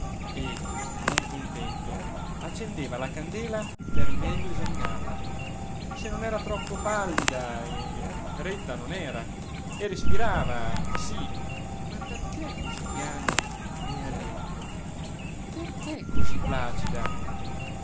e non contento accendeva la candela per meglio esaminarla se non era troppo pallida fredda non era e respirava sì ma perché così piano e a lento perché così placida